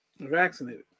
vaccinated